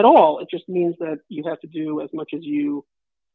at all it just means that you have to do as much as you